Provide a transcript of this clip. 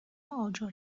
آجر